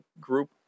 group